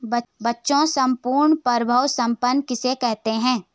बच्चों सम्पूर्ण प्रभुत्व संपन्न किसे कहते हैं?